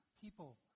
people